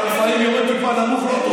אתה לפעמים יורד טיפה נמוך.